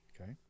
okay